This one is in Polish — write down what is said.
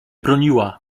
broniła